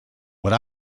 when